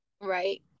Right